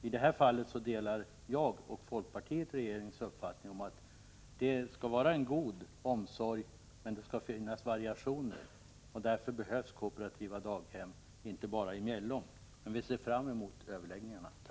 I detta fall delar jag och folkpartiet regeringens uppfattning att vi skall ha en god omsorg men att det skall finnas variationer. Därför behövs kooperativa daghem, inte bara i Mjällom. Vi ser fram mot överläggningarna.